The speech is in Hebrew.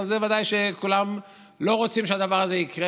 וודאי שכולם לא רוצים שהדבר הזה יקרה.